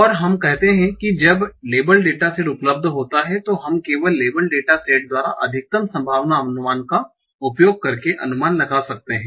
और हम कहते हैं कि जब लेबल डेटा सेट उपलब्ध होता है तो हम केवल लेबल डेटा सेट द्वारा अधिकतम संभावना अनुमान का उपयोग करके अनुमान लगा सकते हैं